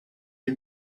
you